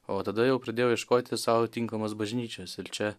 o tada jau pradėjau ieškoti sau tinkamos bažnyčios ir čia